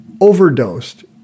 overdosed